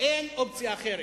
אין אופציה אחרת.